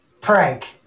prank